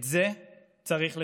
את זה צריך לשנות.